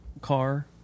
car